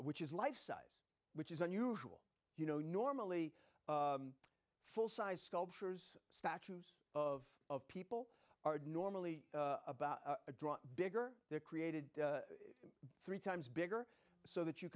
which is life size which is unusual you know normally full sized sculptures statues of of people are normally about a drop bigger they're created three times bigger so that you